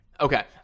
Okay